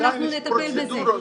עדיין יש פרוצדורות.